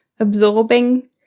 absorbing